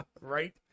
Right